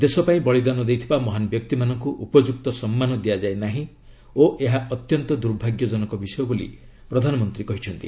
ଦେଶ ପାଇଁ ବଳିଦାନ ଦେଇଥିବା ମହାନ ବ୍ୟକ୍ତିମାନଙ୍କୁ ଉପଯୁକ୍ତ ସମ୍ମାନ ଦିଆଯାଇ ନାହିଁ ଓ ଏହା ଅତ୍ୟନ୍ତ ଦୁର୍ଭାଗ୍ୟଜନକ ବିଷୟ ବୋଲି ପ୍ରଧାନମନ୍ତ୍ରୀ କହିଛନ୍ତି